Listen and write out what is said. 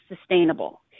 sustainable